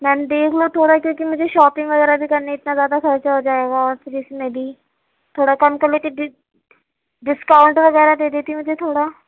میم دیکھ لو تھوڑا کیونکہ مجھے شاپنگ وغیرہ بھی کرنی اتنا زیادہ خرچہ ہو جائے گا پھر اِس میں بھی تھوڑا کم کر لیتے بل ڈسکاؤنٹ وغیرہ دے دیتی مجھے تھوڑا